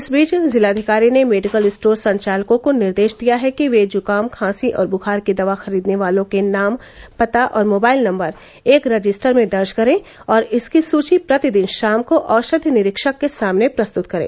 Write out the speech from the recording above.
इस बीच जिलाधिकारी ने मेडिकल स्टोर संचालकों को निर्देश दिया है कि वे जुकाम खासी और बुखार की दवा खरीदने वाले लोगों का नाम पता और मोबाइल नंबर एक रजिस्टर में दर्ज करें और इसकी सूची प्रतिदिन शाम को औषधि निरीक्षक के सामने प्रस्तुत करें